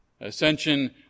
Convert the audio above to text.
Ascension